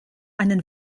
einen